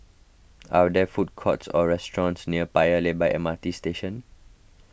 are there food courts or restaurants near Paya Lebar M R T Station